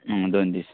दोन दीस